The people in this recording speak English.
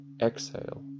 Exhale